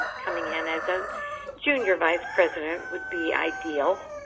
coming in as a junior vice-president would be ideal.